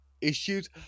issues